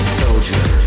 soldier